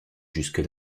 jusque